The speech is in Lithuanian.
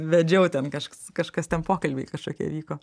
vedžiau ten kažkas kažkas ten pokalbiai kažkokie vyko